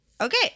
Okay